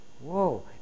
whoa